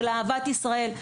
של אהבת ישראל.